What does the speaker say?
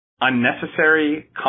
unnecessary